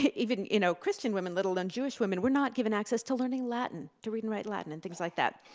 even, you know, christian women, little then jewish women, were not given access to learning latin, to read and write latin, and things like that.